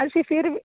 ਅਸੀਂ ਫਿਰ